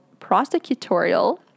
prosecutorial